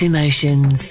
Emotions